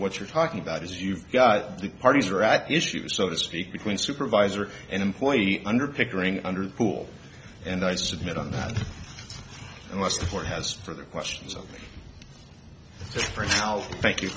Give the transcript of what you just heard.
what you're talking about is you've got the parties are at issue so to speak between supervisor and employee under pickering under the pool and i submit on that unless the court has further questions of how thank you